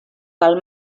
pel